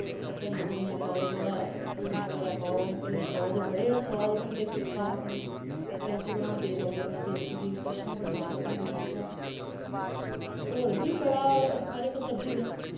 ते धनिया धुनिया पाओ थोह्ड़ा पूतना बगैरा पाओ उनें भल्लें च पाओ ते बड़े गै सोआद बनदे कोई खा अपने घरें च बनांदे लोग अपने देसी डिश्शां बड़ियां शैल बनदियां चीजां ते होर बी बड़ा हर इक सब्जी दा